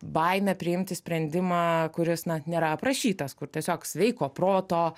baimę priimti sprendimą kuris na nėra aprašytas kur tiesiog sveiko proto